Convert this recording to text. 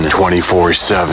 24-7